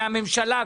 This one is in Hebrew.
מכל ממשלה,